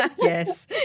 yes